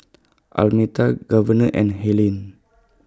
Almeta Governor and Helaine